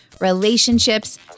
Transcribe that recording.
relationships